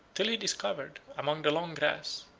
till he discovered, among the long grass,